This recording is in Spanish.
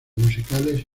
musicales